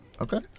Okay